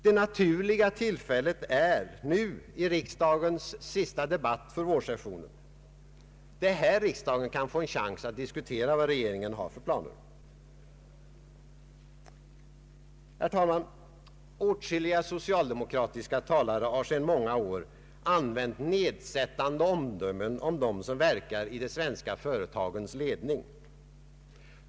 Det naturliga tillfället att svara är nu i riksdagens sista debatt för vårsessionen. Det är här riksdagen kan få en chans att diskutera regeringens planer. Herr talman! Åtskilliga socialdemokratiska talare har sedan många år använt nedsättande omdömen om dem som verkar i de svenska företagens ledning.